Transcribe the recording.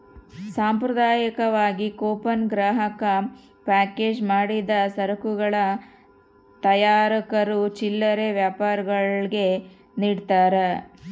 ಸಾಂಪ್ರದಾಯಿಕವಾಗಿ ಕೂಪನ್ ಗ್ರಾಹಕ ಪ್ಯಾಕೇಜ್ ಮಾಡಿದ ಸರಕುಗಳ ತಯಾರಕರು ಚಿಲ್ಲರೆ ವ್ಯಾಪಾರಿಗುಳ್ಗೆ ನಿಡ್ತಾರ